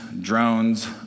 drones